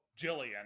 Jillian